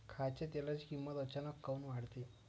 खाच्या तेलाची किमत अचानक काऊन वाढते?